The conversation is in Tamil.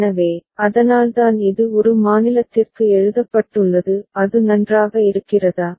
எனவே அதனால்தான் இது ஒரு மாநிலத்திற்கு எழுதப்பட்டுள்ளது அது நன்றாக இருக்கிறதா